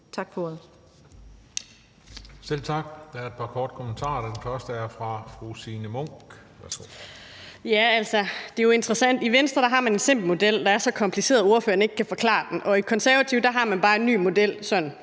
Tak for ordet.